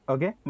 Okay